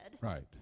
right